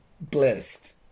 blessed